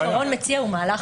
המהלך הזה הוא מהלך הפוך.